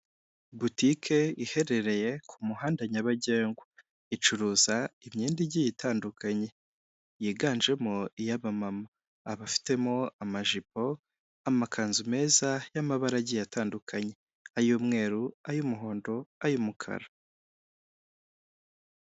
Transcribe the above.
Butike iherereye ku muhanda nyabagendwa, icuruza imyenda igiye itandukanye yiganjemo iy'abamama, abafitemo amajipo, amakanzu meza y'amabara agiye atandukanye, ay'umweru ay'umuhondo, ay'umukara.